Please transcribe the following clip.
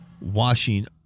washing